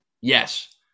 Yes